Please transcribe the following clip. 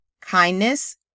Kindness